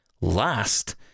last